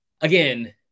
again